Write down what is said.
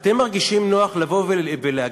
אתם מרגישים נוח לבוא ולהגיד: